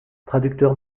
traducteur